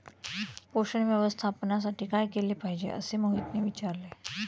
पोषण व्यवस्थापनासाठी काय केले पाहिजे असे मोहितने विचारले?